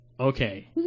Okay